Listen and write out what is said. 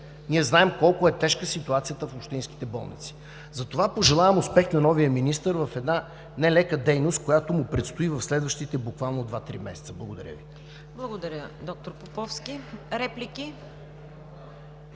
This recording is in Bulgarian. Ние знаем колко е тежка ситуацията в общинските болници. Затова пожелавам успех на новия министър в една нелека дейност, която му предстои в следващите, буквално два-три месеца. Благодаря Ви. ПРЕДСЕДАТЕЛ ЦВЕТА КАРАЯНЧЕВА: Благодаря, доктор Поповски. Реплики?